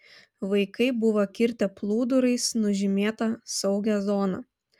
vaikai buvo kirtę plūdurais nužymėta saugią zoną